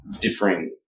differing